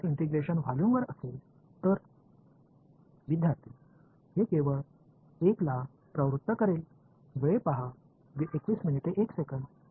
எனவே இது எனக்கு இங்கே ஒரு புள்ளி rஉள்ளது எனக்கு இங்கே ஒரு புள்ளி r எனவே ஒருங்கிணைப்பின் கொள்ளளவு இருந்தால்